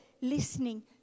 listening